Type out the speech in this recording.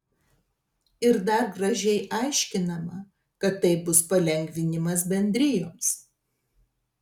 ir dar gražiai aiškinama kad tai bus palengvinimas bendrijoms